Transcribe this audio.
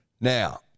Now